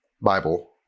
Bible